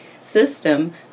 system